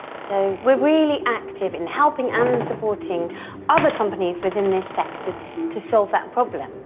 so, we're really active in helping and supporting other companies within this sector to solve that problem.